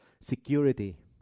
security